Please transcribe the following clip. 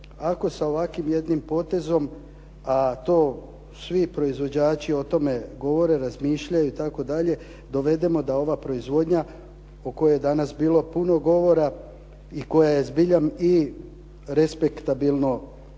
ako se ovakvim jednim potezom, a to svi proizvođači o tome govore, razmišljaju itd. dovedemo da ova proizvodnja o kojoj je danas bilo puno govora i koja je zbilja respektabilno